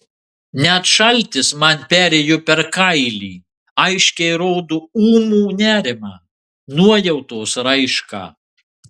net šaltis man perėjo per kailį aiškiai rodo ūmų nerimą nuojautos raišką